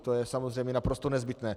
To je samozřejmě naprosto nezbytné.